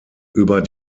über